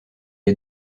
est